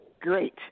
great